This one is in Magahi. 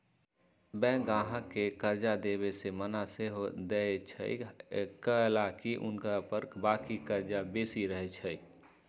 बैंक गाहक के कर्जा देबऐ से मना सएहो कऽ देएय छइ कएलाकि हुनका ऊपर बाकी कर्जा बेशी रहै छइ